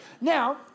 Now